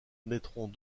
naîtront